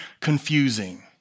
confusing